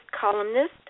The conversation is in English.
columnist